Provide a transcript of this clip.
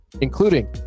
including